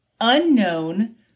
unknown